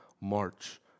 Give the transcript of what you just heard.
march